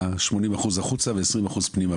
ה-80% החוצה ו-20% פנימה,